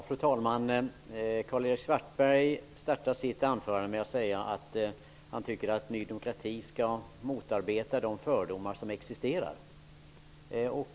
Fru talman! Karl-Erik Svartberg startade sitt anförande med att säga att han tycker att Ny demokrati skall motarbeta de fördomar som existerar.